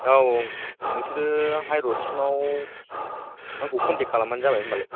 औ औ नोंसोरो हाइरड सिमाव आंखौ कन्थेक खालामबानो जाबाय होनबालाय